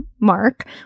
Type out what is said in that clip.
mark